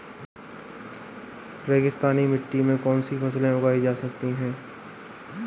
रेगिस्तानी मिट्टी में कौनसी फसलें उगाई जा सकती हैं?